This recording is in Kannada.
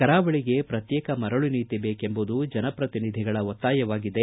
ಕರಾವಳಗೆ ಪ್ರತ್ತೇಕ ಮರಳು ನೀತಿ ಬೇಕೆಂಬುದು ಜನ ಪ್ರತಿನಿಧಿಗಳ ಒತ್ತಾಯವಾಗಿದೆ